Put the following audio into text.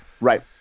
Right